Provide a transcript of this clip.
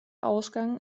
ausgang